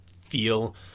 feel